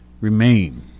remain